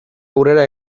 aurrera